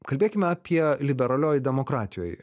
kalbėkime apie liberalioj demokratijoj